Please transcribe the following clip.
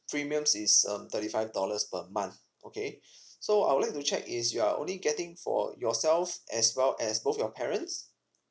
premiums is um thirty five dollars per month okay so I would like to check is you are only getting for yourself as well as both your parents